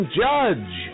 judge